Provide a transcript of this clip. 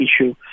issue